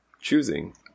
choosing